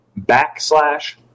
backslash